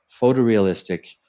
photorealistic